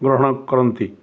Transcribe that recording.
ଗ୍ରହଣ କରନ୍ତି